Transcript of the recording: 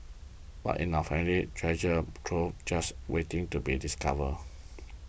but in our families treasure troves just waiting to be discovered